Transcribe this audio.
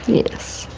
yes,